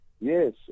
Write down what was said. Yes